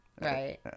Right